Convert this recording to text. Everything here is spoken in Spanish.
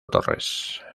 torres